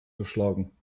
geschlagen